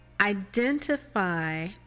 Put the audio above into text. identify